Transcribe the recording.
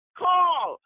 call